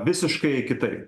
visiškai kitaip